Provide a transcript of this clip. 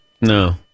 No